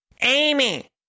Amy